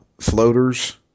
floaters